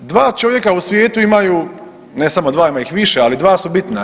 Dva čovjeka u svijetu imaju, ne samo dva, ima ih više, ali dva su bitna.